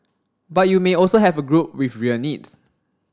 but you may also have a group with real needs